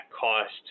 cost